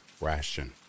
ration